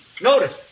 Notice